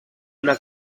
una